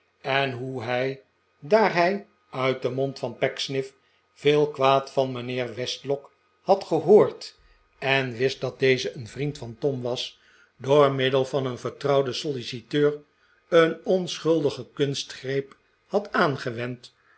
en hoe hij daar hij uit den mond van pecksniff veel kwaad van mijnheer westlock had gehoord en wist dat deze een vriend van tom was door middel van een vertrouwden solliciteur een onschuldige kunstgreep had aangewend